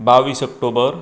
बावीस ऑक्टोबर